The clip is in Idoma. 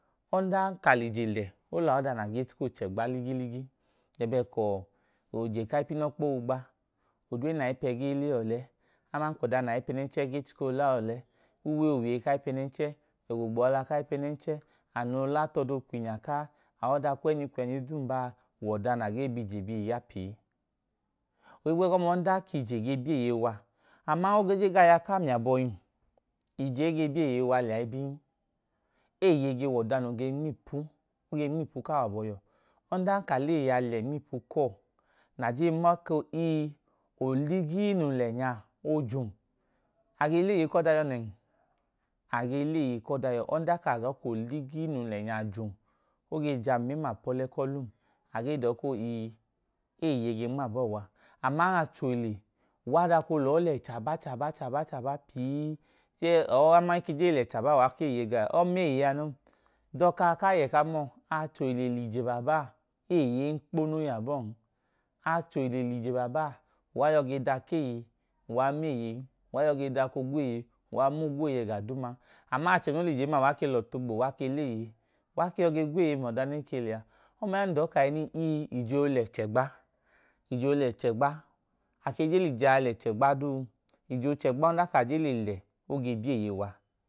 Ọdan ka lije le olaọda ne ge tu koo chegba ligiligi, lẹbẹẹ kọọ oje kaipinọkpa ogba, odre n’aipẹ gɛe ole aman kọ da n’aipẹ nẹnchẹ ge tu ko la ole, uwe owiye kaipe nẹnchẹ, ẹgo gbọla kaipẹnẹnchẹm anọ ola tọọdo kwinya kaa aọda kwẹnyi kwẹnyi duụ mbaa w’oda naa gee bije gei ya pii. Ohigbẹgọma ọnda kije ge bieeye wa, aman o geje gaya k’ami aboim ije ige bieeye wa lẹya ibin eeye ge wọda nooge nm’ipu oge nm’ipu kawọ abọiyọ. Ọnda ka leeye a le nm’iipu kọọ naje ma ko ii, oligii nun lẹnyaa oojum. Age leeye kọ dai yọ nen, age leeye kodai yọ ọnda ka dọọ k’oligii nun lenya jum, ogee jam meml’apọle kọlum agee dọọ ko ii eeye ge nmaabọọ wa aman achohile uwa dako lọọ le chaba chaba chaba cha pii chẹẹ ọọ aman eke gee lẹ chaba ekeeye gaẹẹ, ọma eeye a non doka kaa yẹ ka nọọ achohile liye baabaa eeye enkponu iyabọọn, achihile iye baabaa uwa yọ ge dakeeye uwa meeyen, uwa yọ ge dako gweeye uwa no gweeye egaduuman aman achẹ no lijen ma uwa ke lọtu ogbo uwa ke leeye, uwa ke yọ ga gweeye ml’oda neke lẹya omaya nun dọọ kahinii ii ije olẹ chegba, ije olẹ chẹgba ake ge lije a lẹ chẹgba duu, ije ochẹgbaa odan kaje le lẹ oge bieeye wa.